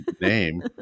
name